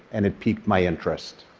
and it piqued my interest.